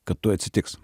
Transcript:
kad tuoj atsitiks